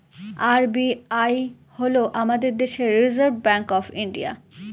RBI হল আমাদের দেশের রিসার্ভ ব্যাঙ্ক অফ ইন্ডিয়া